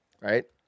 right